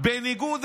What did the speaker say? לא נכון,